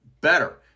better